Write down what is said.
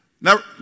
Now